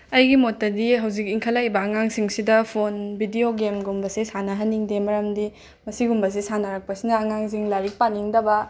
ꯑꯩꯒꯤ ꯃꯣꯠꯇꯗꯤ ꯍꯧꯖꯤꯛ ꯏꯟꯈꯠꯂꯛꯏꯕ ꯑꯉꯥꯡꯁꯤꯡꯁꯤꯗ ꯐꯣꯟ ꯕꯤꯗꯤꯑꯣ ꯒꯦꯝꯒꯨꯝꯕꯁꯦ ꯁꯥꯟꯅꯍꯟꯅꯤꯡꯗꯦ ꯃꯔꯝꯗꯤ ꯃꯁꯤꯒꯨꯝꯕꯁꯤ ꯁꯥꯟꯅꯔꯛꯄꯁꯤꯅ ꯑꯉꯥꯡꯁꯤꯡ ꯂꯥꯏꯔꯤꯛ ꯄꯥꯅꯤꯡꯗꯕ